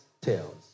tales